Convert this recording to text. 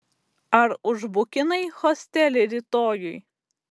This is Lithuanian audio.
ar užbukinai hostelį rytojui